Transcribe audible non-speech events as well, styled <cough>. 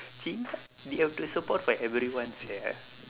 <noise> they have to support for everyone sia